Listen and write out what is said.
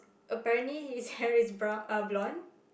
apparently his hair is are blonde